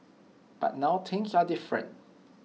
but now things are different